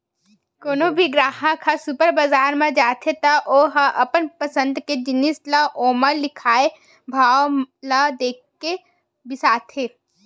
कोनो भी गराहक ह सुपर बजार म जाथे त ओ ह अपन पसंद के जिनिस ल ओमा लिखाए भाव ल देखके बिसाथे